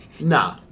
Nah